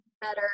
better